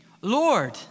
Lord